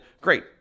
great